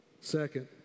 Second